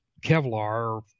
Kevlar